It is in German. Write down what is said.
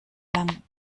lang